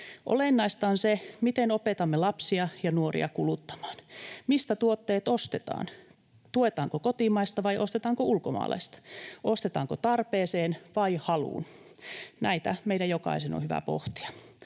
Olennaista on se, miten opetamme lapsia ja nuoria kuluttamaan, mistä tuotteet ostetaan, tuetaanko kotimaista vai ostetaanko ulkomaalaista, ostetaanko tarpeeseen vai haluun. Näitä meidän jokaisen on hyvä pohtia.